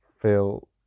feel